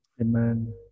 Amen